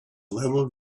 level